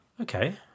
Okay